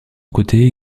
côté